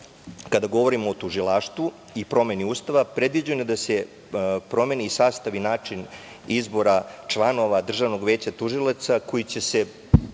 kada govorimo o tužilaštvu i promeni Ustava, predviđeno je da se promeni sastav i način izbora članova Državnog veća tužilaca koji će se,